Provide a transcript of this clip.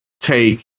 take